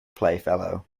playfellow